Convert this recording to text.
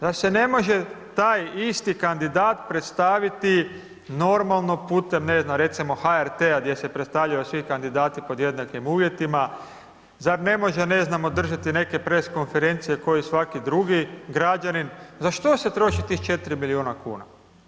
Zar se ne može taj isti kandidat predstaviti normalno putem, ne znam, recimo HRT-a gdje se predstavljaju svi kandidati pod jednakim uvjetima, zar ne može, ne znam, održati neke press konferencije k'o i svaki drugi građanin, za što se troši tih 4 milijuna kuna?